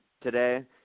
today